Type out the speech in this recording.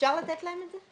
אפשר לתת להם את זה?